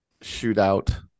shootout